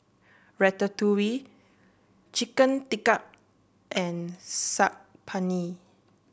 Ratatouille Chicken Tikka and Saag Paneer